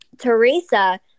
Teresa